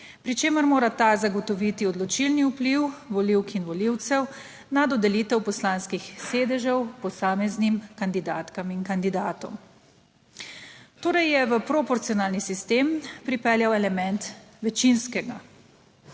pri čemer mora ta zagotoviti odločilni vpliv volivk in volivcev na dodelitev poslanskih sedežev posameznim kandidatkam in kandidatom. Torej je v proporcionalni sistem pripeljal element večinskega.